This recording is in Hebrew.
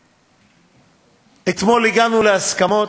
אתמול הגענו להסכמות.